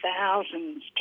thousands